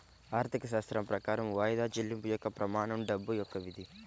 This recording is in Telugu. ఆర్థికశాస్త్రం ప్రకారం వాయిదా చెల్లింపు యొక్క ప్రమాణం డబ్బు యొక్క విధి